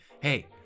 Hey